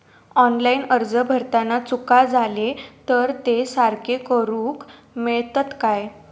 Online अर्ज भरताना चुका जाले तर ते सारके करुक मेळतत काय?